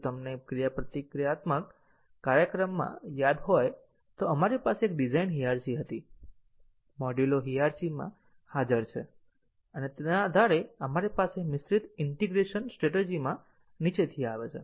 જો તમને પ્રક્રિયાત્મક કાર્યક્રમમાં યાદ હોય તો આપણી પાસે એક ડિઝાઇન હિયાર્ચી હતો મોડ્યુલો હિયાર્ચી માં હાજર છે અને તેના આધારે આપણી પાસે મિશ્રિત ઈન્ટીગ્રેશન સ્ટ્રેટેજિમાં નીચેથી નીચે છે